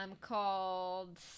called